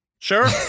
Sure